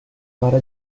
para